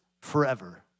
forever